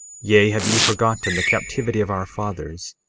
yea, have ye forgotten the captivity of our fathers?